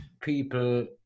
people